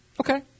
Okay